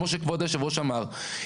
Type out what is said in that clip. כמו שכבוד היו"ר אמר,